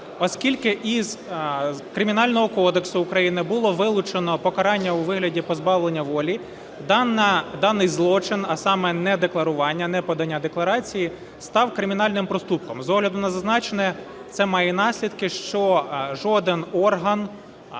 Оскільки із Кримінального кодексу України було вилучено "покарання у вигляді позбавлення волі", даний злочин, а саме недекларування, неподання декларації, став кримінальним проступком. З огляду на зазначене це має наслідки, що жоден орган